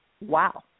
Wow